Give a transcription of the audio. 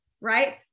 right